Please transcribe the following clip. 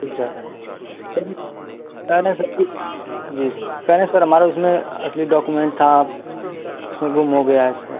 जी sir sir कह रहे sir कि जी कहे रहे सर हमारा उसमें असली डॉकुमेंट था उसमें गुम हो गया है सर